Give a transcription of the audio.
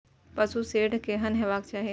पशु शेड केहन हेबाक चाही?